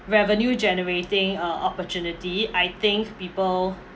revenue-generating uh opportunity I think people